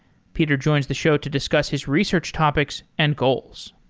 peter joins the show to discuss his research topics and goals.